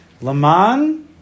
laman